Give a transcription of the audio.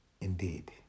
indeed